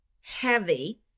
heavy